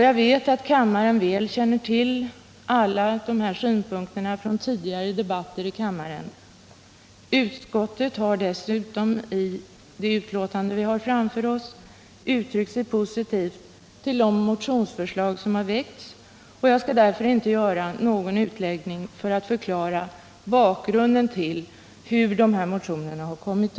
Jag vet att kammaren väl känner till alla de här synpunkterna från tidigare debatter. Utskottet har dessutom i det betänkande vi har framför oss uttryckt sig positivt till de motionsförslag som väckts. Jag skall därför inte göra någon utläggning för att förklara hur dessa motioner uppkommit.